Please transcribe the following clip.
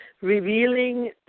Revealing